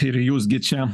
ir jūs gi čia